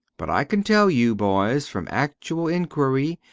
but i can tell you, boys, from actual inquiry,